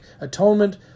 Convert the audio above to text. atonement